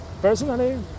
Personally